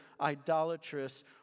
idolatrous